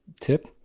tip